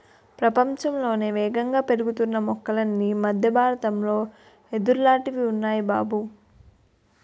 ప్రపంచంలోనే యేగంగా పెరుగుతున్న మొక్కలన్నీ మద్దె బారతంలో యెదుర్లాటివి ఉన్నాయ్ బాబూ